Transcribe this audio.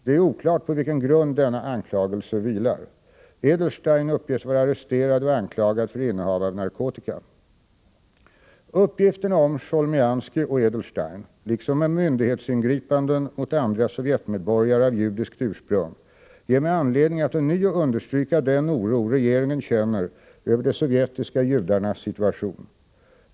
Det är oklart på vilken grund denna anklagelse vilar. Edelstein uppges vara arresterad och anklagad för innehav av narkotika. Uppgifterna om Cholmianskij och Edelstein, liksom om myndighetsingripanden mot andra sovjetmedborgare av judiskt ursprung, ger mig anledning att ånyo understryka den oro regeringen känner över de sovjetiska judarnas situation.